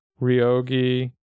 Ryogi